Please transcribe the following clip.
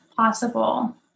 possible